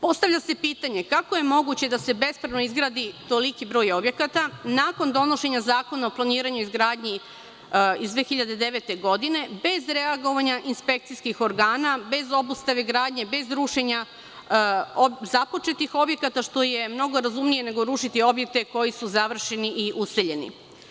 Postavlja se pitanje – kako je moguće da se bespravno izgradi toliki broj objekata, nakon donošenja Zakona o planiranju i izgradnji iz 2009. godine, bez reagovanja inspekcijskih organa, bez obustave gradnje, bez rušenja započetih objekata, što je mnogo razumnije nego rušiti objekte koji su završeni i useljeni.